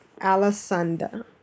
Alessandra